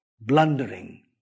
blundering